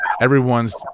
everyone's